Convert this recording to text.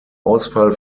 ausfall